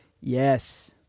yes